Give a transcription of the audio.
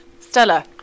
Stella